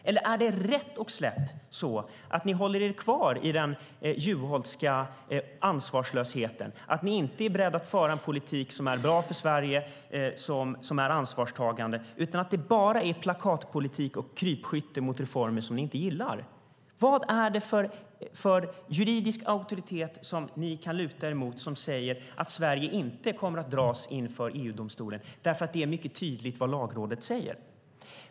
Eller är det rätt och slätt så att ni håller er kvar i den Juholtska ansvarslösheten och inte är beredda att föra en politik som är bra för Sverige - en ansvarstagande politik - och att det bara är fråga om plakatpolitik och krypskytte mot reformer som ni inte gillar? Vad är det för juridisk auktoritet som ni kan luta er mot och som säger att Sverige inte kommer att dras inför EU-domstolen? Vad Lagrådet säger är mycket tydligt.